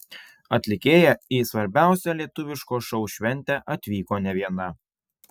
atlikėja į svarbiausią lietuviško šou šventę atvyko ne viena